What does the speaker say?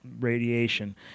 radiation